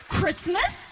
Christmas